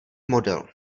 model